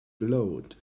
glowed